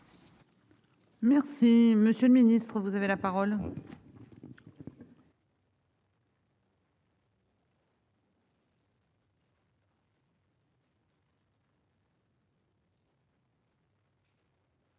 Merci, monsieur le Ministre, vous avez la parole.